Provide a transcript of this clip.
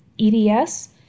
EDS